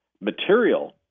material